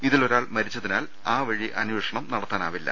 ഇതിലൊരാൾ മരിച്ചതിനാൽ ആവഴി അന്വേഷണം നടത്താനാവില്ല